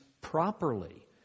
properly